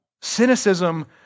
Cynicism